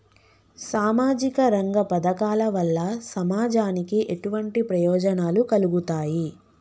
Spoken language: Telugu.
సామాజిక రంగ పథకాల వల్ల సమాజానికి ఎటువంటి ప్రయోజనాలు కలుగుతాయి?